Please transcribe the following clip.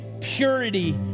purity